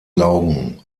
laugen